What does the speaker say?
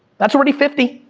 that's already fifty.